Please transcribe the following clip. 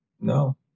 No